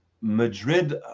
Madrid